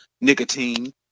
nicotine